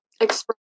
express